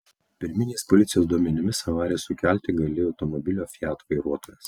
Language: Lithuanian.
pirminiais policijos duomenimis avariją sukelti galėjo automobilio fiat vairuotojas